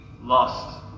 lost